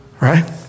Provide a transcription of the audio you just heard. right